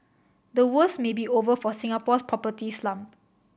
the worst may be over for Singapore's property slump